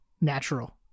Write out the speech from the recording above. natural